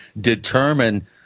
determine